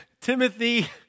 Timothy